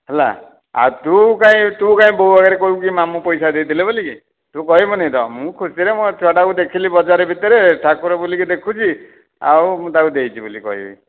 ହେଲା ଆଉ ତୁ କାଇଁ ତୁ କାଇଁ ବୋଉ ଆଗରେ କହିବୁକି ମାମୁଁ ପଇସା ଦେଇଥିଲେ ବୋଲିକି ତୁ କହିବୁନିତ ମୁଁ ଖୁସିରେ ମୋ ଛୁଆ ଟାକୁ ଦେଖିଲି ବଜାର ଭିତରେ ଠାକୁର ବୁଲିକି ଦେଖୁଛି ଆଉ ମୁଁ ତାକୁ ଦେଇଛି ବୋଲି କହିବି